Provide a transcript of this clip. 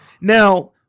Now